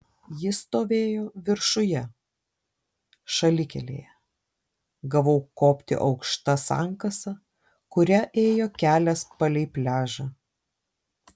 jis stovėjo viršuje šalikelėje gavau kopti aukšta sankasa kuria ėjo kelias palei pliažą